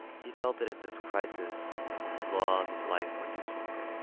he felt that in this crisis his laws of life were useless.